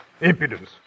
Impudence